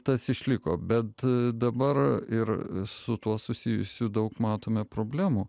tas išliko bet dabar ir su tuo susijusių daug matome problemų